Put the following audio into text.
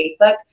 Facebook